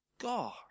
God